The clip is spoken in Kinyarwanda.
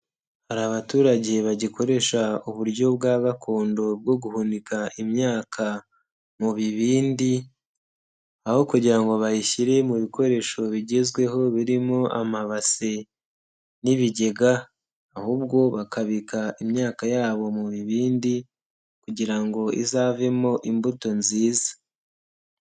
Hari abaturage bagikoresha uburyo bwa gakondo bwo guhunika imyaka mu bibindi, aho kugira ngo bayishyire mu bikoresho bigezweho birimo amabasi n'ibigega, ahubwo bakabika imyaka yabo mu bibindi kugira ngo izavemo imbuto nziza.